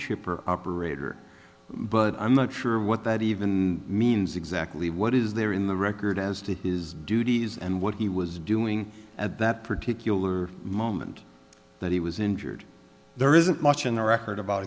chipper operator but i'm not sure what that even means exactly what is there in the record as to his duties and what he was doing at that particular moment that he was injured there isn't much in the record about